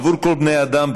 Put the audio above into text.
עבור כל בני האדם,